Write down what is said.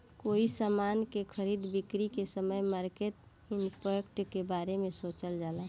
कोई समान के खरीद बिक्री के समय मार्केट इंपैक्ट के बारे सोचल जाला